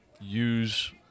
use